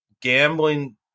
gambling